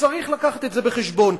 וצריך לקחת את זה בחשבון.